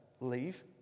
leave